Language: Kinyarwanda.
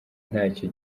ntacyo